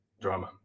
drama